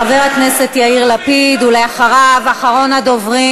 חבר הכנסת יאיר לפיד, ואחריו, אחרון הדוברים,